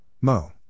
Mo